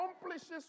accomplishes